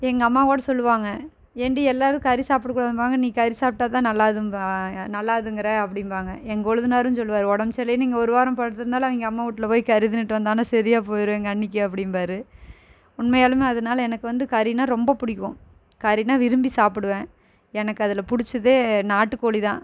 எங்கள் அம்மா கூட சொல்லுவாங்கள் ஏன்டி எல்லாரும் கறி சாப்பிட கூடாதும்பாங்க நீ கறி சாப்பிட்டா தான் நல்லாதும்பா நல்லாதுங்குற அப்படின்பாங்க எங் கொழுந்துனாரும் சொல்லுவார் உடம்ப்சரிலேனு இங்கே ஒரு வாரம் படுத்திருந்தாலும் அவங்க அம்மா வீட்ல போய் கறி தின்னுட்டு வந்தவோடனே சரியாக போயிடும் எங்கள் அண்ணிக்கு அப்படின்பாரு உண்மையாலுமே அதனால எனக்கு வந்து கறினால் ரொம்ப பிடிக்கும் கறினால் விரும்பி சாப்பிடுவேன் எனக்கு அதில் பிடிச்சதே நாட்டுக்கோழி தான்